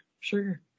Sure